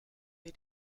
wir